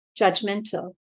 judgmental